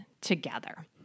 together